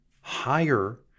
higher